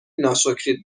ناشکرید